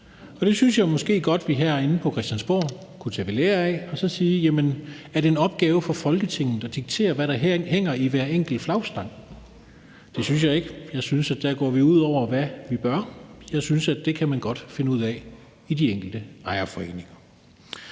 Det synes jeg måske godt vi herinde på Christiansborg kunne tage ved lære af og sige: Jamen er det en opgave for Folketinget at diktere, hvad der hænger i hver enkelt flagstang? Det synes jeg ikke. Jeg synes, at vi dér går ud over, hvad vi bør gøre. Jeg synes, at det kan man godt finde ud af i de enkelte ejerforeninger.